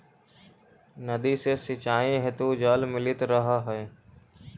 नदी से सिंचाई हेतु जल मिलित रहऽ हइ